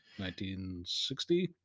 1960